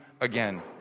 again